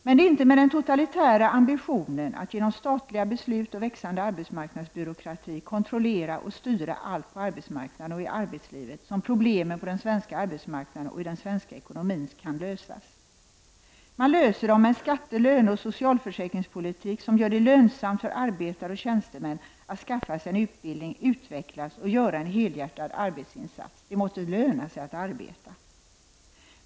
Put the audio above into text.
Men det är inte med den totalitära ambitionen att genom statliga beslut och växande arbetsmarknadsbyråkrati kontrollera och styra allt på arbetsmarknaden och i arbetslivet som problemen på den svenska arbetsmarknaden och i den svenska ekonomin kan lösas. Man löser dem med skatte-, löneoch socialförsäkringspolitik som gör det lönsamt för arbetare och tjänstemän att skaffa sig en utbildning, utvecklas och göra en helhjärtad arbetsinsats. Det måste löna sig att arbeta.